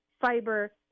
fiber